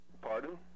pardon